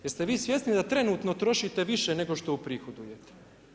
Jeste vi svjesni da trenutno trošite više nego što uprihodujete?